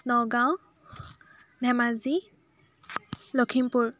Nagaon Dhemaji Lakhimpur